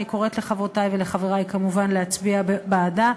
אני קוראת לחברותי ולחברי כמובן להצביע בעדה,